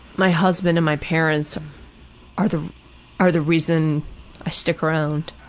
my husband, and my parents are the are the reason i stick around.